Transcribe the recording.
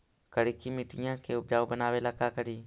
करिकी मिट्टियां के उपजाऊ बनावे ला का करी?